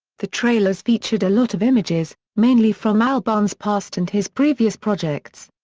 the trailers featured a lot of images, mainly from albarn's past and his previous projects.